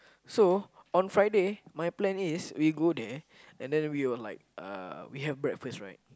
so on Friday my plan is we go there and then we'll like uh we have breakfast right